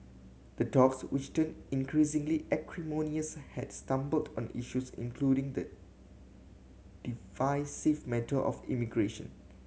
the talks which turned increasingly acrimonious had stumbled on issues including the divisive matter of immigration